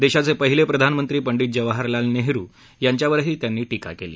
देशाचे पहिले प्रधानमंत्री पंडित जवाहरलाल नेहरु यांच्यावर त्यांनी टीका केली